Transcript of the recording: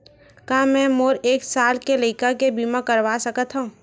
का मै मोर एक साल के लइका के बीमा करवा सकत हव?